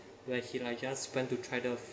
where he like just spend to try the